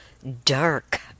dark